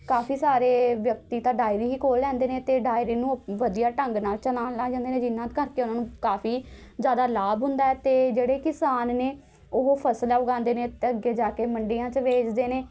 ਕਾਫ਼ੀ ਸਾਰੇ ਵਿਅਕਤੀ ਤਾਂ ਡੇਅਰੀ ਹੀ ਖੋਲ੍ਹ ਲੈਂਦੇ ਨੇ ਅਤੇ ਡੇਅਰੀ ਨੂੰ ਵਧੀਆ ਢੰਗ ਨਾਲ਼ ਚਲਾਉਣ ਲੱਗ ਜਾਂਦੇ ਨੇ ਜਿਨ੍ਹਾਂ ਕਰਕੇ ਉਹਨਾਂ ਨੂੰ ਕਾਫ਼ੀ ਜ਼ਿਆਦਾ ਲਾਭ ਹੁੰਦਾ ਅਤੇ ਜਿਹੜੇ ਕਿਸਾਨ ਨੇ ਉਹ ਫ਼ਸਲਾਂ ਉਗਾਉਂਦੇ ਨੇ ਅਤੇ ਅੱਗੇ ਜਾ ਕੇ ਮੰਡੀਆਂ 'ਚ ਵੇਚਦੇ ਨੇ